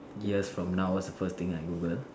yes from now what's the first thing I Google